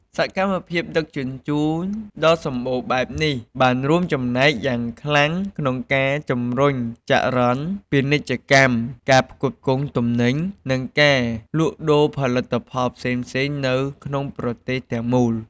សកម្មភាពដឹកជញ្ជូនដ៏សម្បូរបែបនេះបានរួមចំណែកយ៉ាងខ្លាំងក្នុងការជំរុញចរន្តពាណិជ្ជកម្ម ការផ្គត់ផ្គង់ទំនិញ និងការលក់ដូរផលិតផលផ្សេងៗនៅក្នុងប្រទេសទាំងមូល។